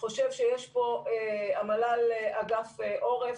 אגף עורף,